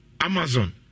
Amazon